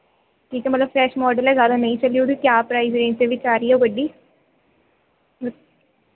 ਠੀਕ ਹੈ ਮਤਲਬ ਫ੍ਰੈਸ਼ ਮਾਡਲ ਹੈ ਜ਼ਿਆਦਾ ਨਹੀਂ ਚੱਲੀ ਉਹਦੀ ਕੀ ਪਰਾਇਜ਼ ਰੇਂਜ ਦੇ ਵਿੱਚ ਆ ਰਹੀ ਹੈ ਉਹ ਗੱਡੀ